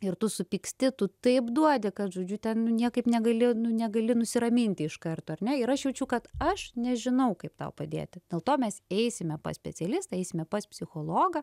ir tu supyksti tu taip duodi kad žodžiu ten nu niekaip negali nu negali nusiraminti iš karto ar ne ir aš jaučiu kad aš nežinau kaip tau padėti dėl to mes eisime pas specialistą eisime pas psichologą